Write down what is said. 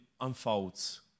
unfolds